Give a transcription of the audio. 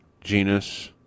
Genus